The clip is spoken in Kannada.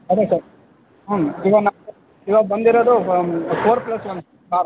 ಅದೇ ಸರ್ ಹ್ಞೂ ಈಗ ನಾ ಇವಾಗ ಬಂದಿರೋದು ಬಾ ಫೋರ್ ಪ್ಲಸ್ ಒನ್ ಕಾರ್